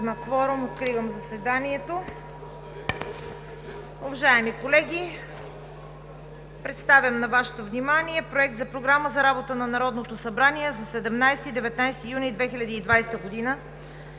Откривам заседанието. Уважаеми колеги, представям на Вашето внимание Проекта за програма за работа на Народното събрание в периода 17 – 19 юни 2020 г.: „1.